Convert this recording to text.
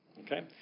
Okay